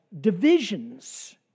divisions